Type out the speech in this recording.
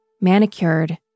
manicured